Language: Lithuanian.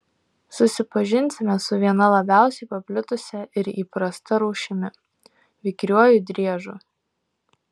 susipažinsime su viena labiausiai paplitusia ir įprasta rūšimi vikriuoju driežu